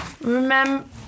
Remember